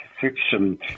fiction